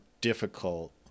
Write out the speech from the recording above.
difficult